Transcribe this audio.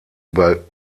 über